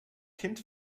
kind